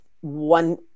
one